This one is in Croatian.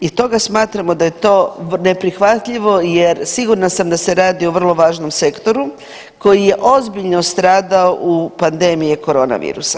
I stoga smatramo da je to neprihvatljivo jer sigurna sam da se radi o vrlo važnom sektoru koji je ozbiljno stradao u pandemiji koronavirusa.